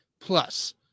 plus